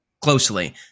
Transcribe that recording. closely